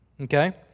okay